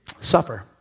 Suffer